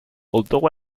although